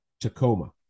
Tacoma